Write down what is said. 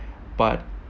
but